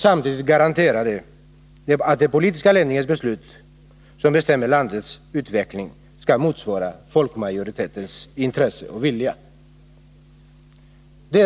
Samtidigt är reformen en garanti för att den politiska ledningens beslut, som ju bestämmer landets utveckling, skall motsvara folkmajoritetens intressen och vilja.